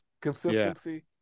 consistency